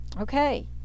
Okay